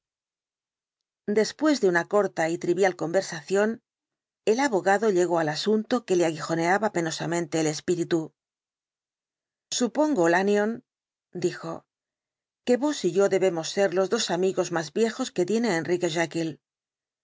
después de una corta y trivial conversación el abogado llegó al asunto que le aguijoneaba penosamente el espíritu supongo lanyón dijo que vos y yo debemos ser los dos amigos más viejos que tiene enrique